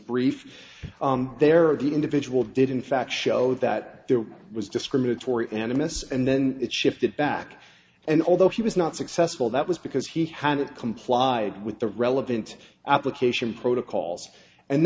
brief there are the individual did in fact show that there was discriminatory and a mess and then it shifted back and although he was not successful that was because he hadn't complied with the relevant application protocols and